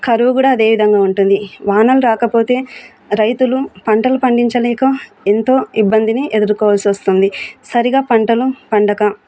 కరువు కూడా అదేవిధంగా ఉంటుంది వానలు రాకపోతే రైతులు పంటలు పండించలేక ఎంతో ఇబ్బందిని ఎదుర్కోవాల్సి వస్తుంది సరిగ్గా పంటలు పండక